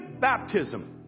baptism